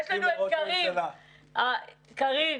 קארין,